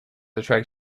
attract